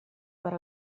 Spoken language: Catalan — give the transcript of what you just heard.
per